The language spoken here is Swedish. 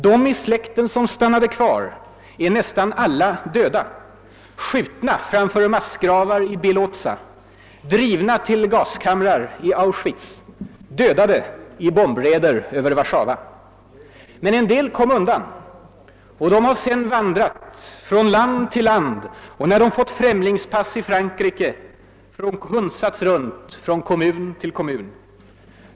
De i släkten som stannade kvar är nästan alla döda: skjutna framför massgravar i Bieloza, drivna till gaskamrar i Auschwitz, dödade i bombraider över Warszawa. Men en del kom undan. Och de har sedan vandrat från land till land, och när de fått främlingspass i Frankrike har de hunsats runt från kommun till kommun.